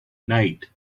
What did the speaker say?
night